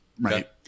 right